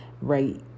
right